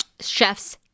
Chefs